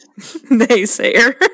naysayer